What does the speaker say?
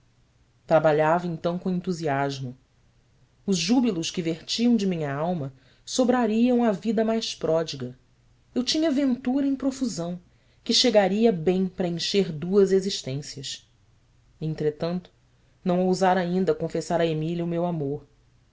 trabalhava então com entusiasmo os júbilos que vertiam de minha alma sobrariam à vida mais pródiga eu tinha ventura em profusão que chegaria bem para encher duas existências e entretanto não ousara ainda confessar a emília o meu amor